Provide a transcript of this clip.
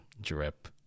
drip